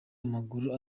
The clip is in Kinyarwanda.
amaguru